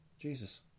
Jesus